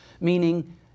meaning